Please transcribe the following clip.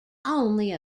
only